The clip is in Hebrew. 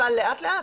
אבל לאט לאט,